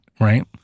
right